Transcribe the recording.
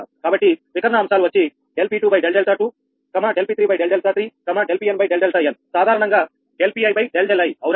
కాబట్టి వికర్ణ అంశాలు వచ్చి∆𝑃2∆𝛿2∆𝑃3∆𝛿3 ∆𝑃n∆𝛿n సాధారణంగా ∆𝑃i∆𝛿i అవునా